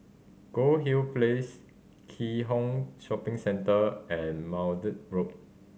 Goldhill Place Keat Hong Shopping Centre and Maude Road